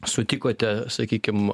sutikote sakykim